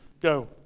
Go